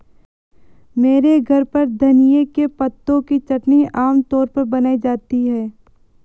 मेरे घर पर धनिए के पत्तों की चटनी आम तौर पर बनाई जाती है